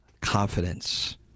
confidence